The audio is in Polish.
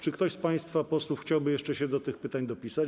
Czy ktoś z państwa posłów chciałby jeszcze się do tych pytań dopisać?